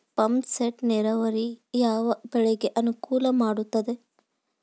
Pump set ನೇರಾವರಿ ಯಾವ್ ಬೆಳೆಗೆ ಅನುಕೂಲ ಮಾಡುತ್ತದೆ?